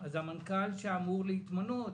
המנכ"ל שאמור להתמנות,